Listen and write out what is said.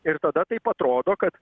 ir tada taip atrodo kad